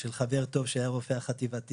חבר טוב שהיה הרופא החטיבתי.